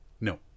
No